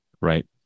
Right